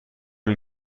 این